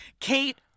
Kate